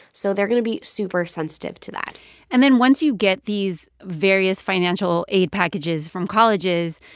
so they're going to be super-sensitive to that and then once you get these various financial aid packages from colleges,